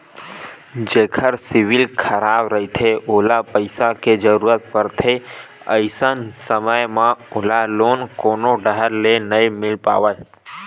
जेखर सिविल खराब रहिथे ओला पइसा के जरूरत परथे, अइसन समे म ओला लोन कोनो डाहर ले नइ मिले पावय